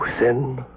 sin